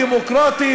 הדעה היא דמוקרטית,